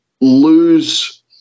lose